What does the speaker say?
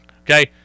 Okay